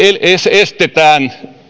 estetään